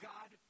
God